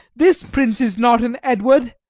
this prince is not an edward!